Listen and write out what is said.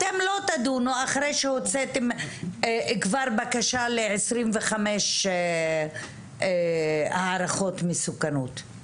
אתם לא תדונו אחרי שהוצאתם כבר בקשה ל-25 הערכות מסוכנות.